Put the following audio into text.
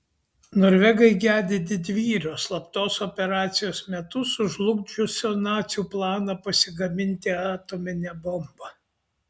norvegai gedi didvyrio slaptos operacijos metu sužlugdžiusio nacių planą pasigaminti atominę bombą